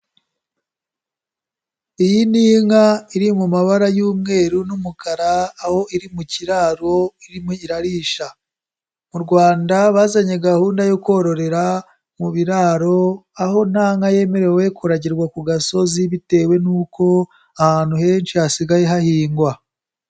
Iyi ni inka iri mu mabara y'umweru n'umukara, aho iri mu kiraro irimo irarisha mu Rwanda bazanye gahunda yo kororera mu biraro, aho nta nka yemerewe kuragirwa ku gasozi bitewe nuko ahantu henshi hasigaye hahingwa.